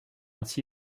ainsi